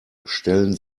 stellen